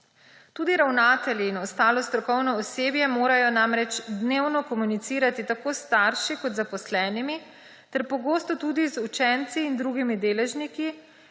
Tudi ravnatelji in ostalo strokovno osebje morajo namreč dnevno komunicirati tako s starši kot zaposlenimi ter pogosto tudi z učenci in drugimi deležniki,